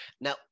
Now